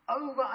Over